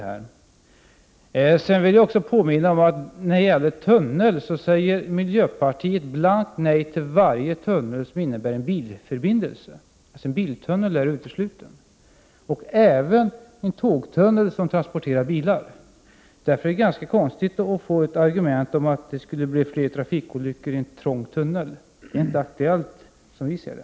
Jag vill också påminna om att miljöpartiet säger blankt nej till varje tunnel som skulle innebära en bilförbindelse. En biltunnel är alltså utesluten, alltså även en tågtunnel där man kan transportera bilar. Därför är argumentet att det skulle bli fler trafikolyckor i en trång tunnel konstigt. Det är inte aktuellt, som vi ser det.